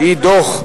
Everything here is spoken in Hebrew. שהיא דוח,